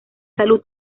salud